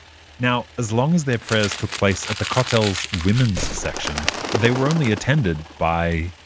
now, as long as their prayers took place at the kotel's women's section they were only attended by,